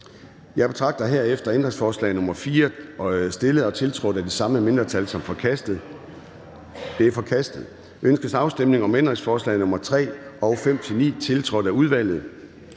Jeg betragter herefter ændringsforslag nr. 4, stillet og tiltrådt af de samme mindretal, som forkastet. Det er forkastet. Ønskes afstemning om ændringsforslag nr. 3 og 5-9, tiltrådt af udvalget?